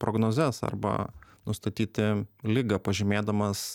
prognozes arba nustatyti ligą pažymėdamas